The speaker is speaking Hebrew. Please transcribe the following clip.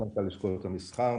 איני מנכ"ל לשכות המסחר.